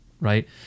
right